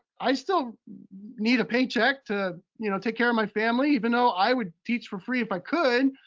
i still need a paycheck to you know take care of my family, even though i would teach for free if i could.